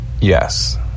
yes